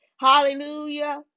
hallelujah